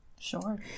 Sure